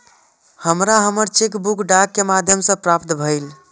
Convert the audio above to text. हमरा हमर cheque book डाक के माध्यम से प्राप्त भईल